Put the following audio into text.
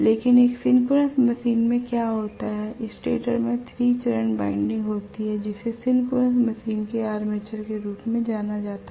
लेकिन एक synchronous machine में क्या होता है स्टेटर में 3 चरण वाइंडिंग होती है जिसे सिंक्रोनस मशीन के आर्मेचर के रूप में जाना जाता है